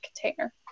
container